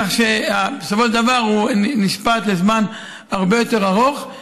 כך שבסופו של דבר הוא נשפט לזמן הרבה יותר ארוך.